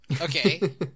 Okay